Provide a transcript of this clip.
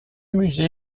musée